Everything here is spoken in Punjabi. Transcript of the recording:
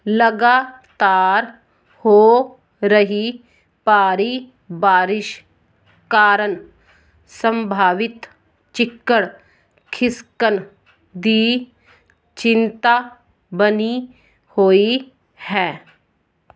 ਲਗਾਤਾਰ ਹੋ ਰਹੀ ਭਾਰੀ ਬਾਰਿਸ਼ ਕਾਰਨ ਸੰਭਾਵਿਤ ਚਿੱਕੜ ਖਿਸਕਣ ਦੀ ਚਿੰਤਾ ਬਣੀ ਹੋਈ ਹੈ